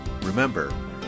Remember